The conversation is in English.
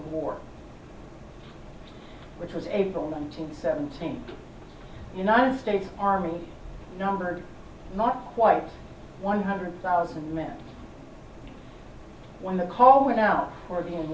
or war which was april nineteenth seventeen united states army numbers not quite one hundred thousand men when the call went out for the